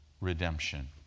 redemption